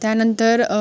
त्यानंतर